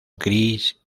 gris